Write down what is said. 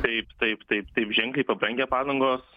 taip taip taip taip ženkliai pabrangę padangos